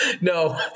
No